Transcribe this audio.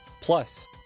plus